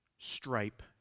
stripe